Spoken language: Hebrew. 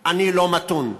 אני לא מתון,